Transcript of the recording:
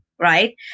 Right